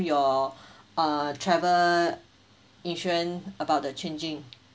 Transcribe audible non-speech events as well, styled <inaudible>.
your <breath> uh travel insurance about the changing